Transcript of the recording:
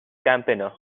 campaigner